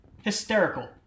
hysterical